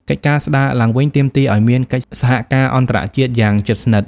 កិច្ចការស្ដារឡើងវិញទាមទារឱ្យមានកិច្ចសហការអន្តរជាតិយ៉ាងជិតស្និទ្ធ។